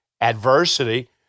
adversity